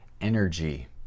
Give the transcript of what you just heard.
energy